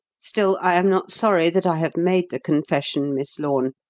still, i am not sorry that i have made the confession, miss lorne.